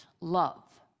love